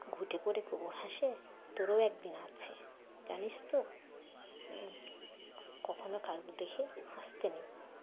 ঘুটে পে গোবর হাসে তোরও একদিন আছে জানিস তো হম কখনও কারুর দেখে হাসতে নেই